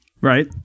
Right